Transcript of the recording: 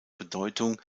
bedeutung